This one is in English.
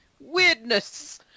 weirdness